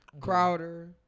Crowder